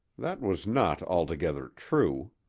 that was not altogether true.